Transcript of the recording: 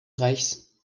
reichs